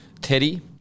Teddy